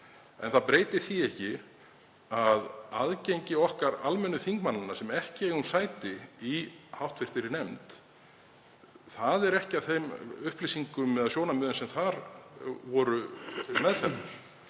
en það breytir því ekki að aðgengi okkar almennu þingmannanna, sem ekki eigum sæti í hv. nefnd, er ekki að þeim upplýsingum eða sjónarmiðum sem þar voru til